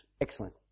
Excellent